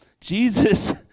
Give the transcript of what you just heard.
Jesus